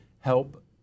help